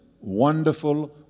wonderful